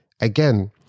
again